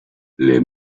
les